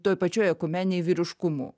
toj pačioj ekumenėj vyriškumu